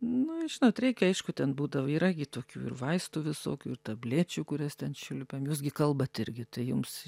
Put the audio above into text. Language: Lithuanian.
nu žinot reikia aišku ten būdav yra gi tokių ir vaistų visokių ir tablečių kurias ten čiulpiam jūs gi kalbat irgi tai jums